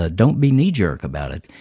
ah don't be knee-jerk about it.